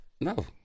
No